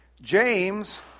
James